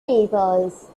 papers